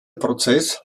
prozess